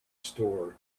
store